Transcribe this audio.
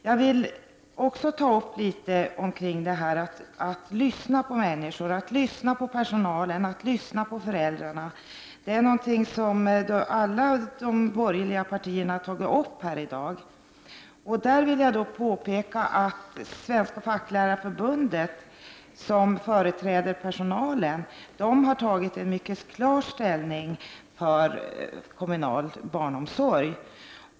Jag vill också tala litet om att lyssna på människor, att lyssna på personalen, att lyssna på föräldrarna. Det är någonting som alla de borgerliga partierna har tagit upp här i dag. Jag vill påpeka att Svenska facklärarförbundet, som företräder personalen, har tagit mycket klar ställning för kommunal barnomsorg.